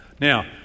Now